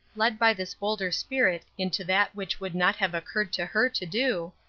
led by this bolder spirit into that which would not have occurred to her to do,